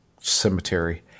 cemetery